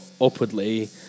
upwardly